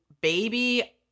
baby